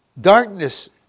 Darkness